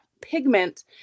pigment